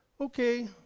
Okay